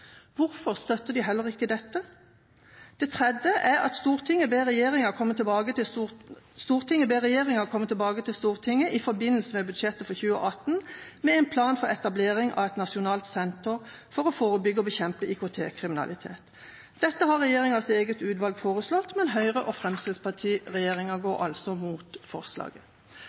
Hvorfor støtter de heller ikke dette? Det tredje: «Stortinget ber regjeringen komme tilbake til Stortinget i forbindelse med budsjettet for 2018 med en plan for etablering av et nasjonalt senter for å forebygge og bekjempe IKT-kriminalitet.» Dette har regjeringas eget utvalg foreslått, men Høyre–Fremskrittsparti-regjeringa går altså mot forslaget.